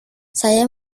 saya